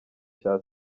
cya